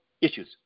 issues